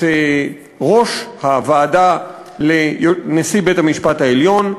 ראש הוועדה לנשיא בית-המשפט העליון.